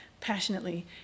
passionately